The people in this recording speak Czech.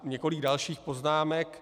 Několik dalších poznámek.